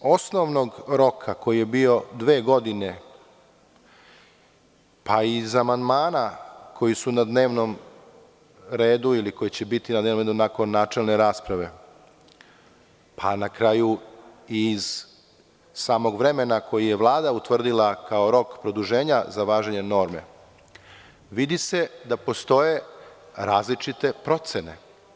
Prvo, iz osnovnog roka koji je bio dve godine, pa i iz amandmana koji su na dnevnom redu ili koji će biti na dnevnom redu nakon načelne rasprave, pa na kraju i iz samog vremena koji je Vlada utvrdila kao rok produženja za važenje norme, vidi se da postoje različite procene.